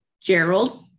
Gerald